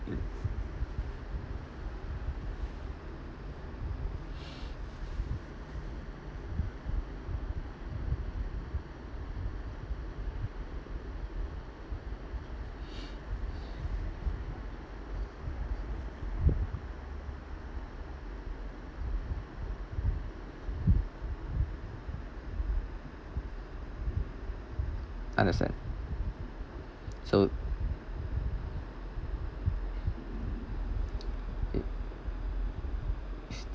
understand so